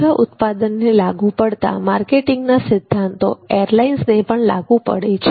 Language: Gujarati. બીજા ઉત્પાદનને લાગુ પડતા માર્કેટિંગ ના સિદ્ધાંતો એરલાઇન્સને પણ લાગુ પડે છે